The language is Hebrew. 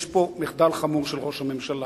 יש פה מחדל חמור של ראש הממשלה,